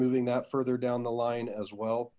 moving that further down the line as well